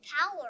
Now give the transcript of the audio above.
power